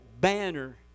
banner